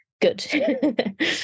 good